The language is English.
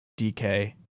DK